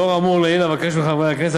לאור האמור לעיל אני מבקש מחברי הכנסת,